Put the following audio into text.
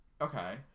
Okay